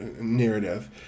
narrative